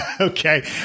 Okay